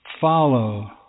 follow